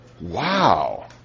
wow